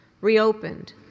reopened